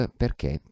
perché